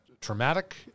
traumatic